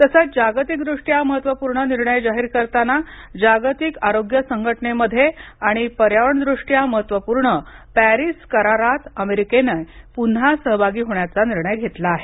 तसच जागतिक दृष्ट्या महत्वपूर्ण निर्णय जाहीर करताना जागतिक आरोग्य संघटने मध्ये आणि पर्यावरण दृष्ट्या महत्वपूर्ण पॅरिस करारात अमेरिकेने पुन्हा सहभागी होण्याचा निर्णय घेतला आहे